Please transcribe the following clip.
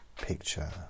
picture